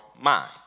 mind